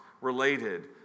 related